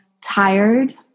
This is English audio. tired